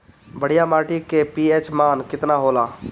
बढ़िया माटी के पी.एच मान केतना होला?